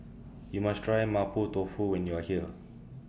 YOU must Try Mapo Tofu when YOU Are here